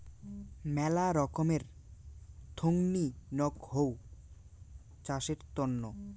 মেলা রকমের থোঙনি নক হউ চাষের তন্ন